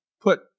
put